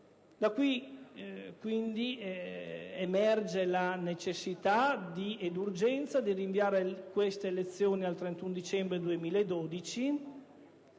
quindi emerge la necessità e l'urgenza di rinviare queste elezioni al 31 dicembre 2012,